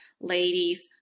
ladies